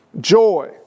Joy